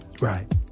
Right